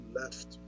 left